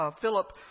Philip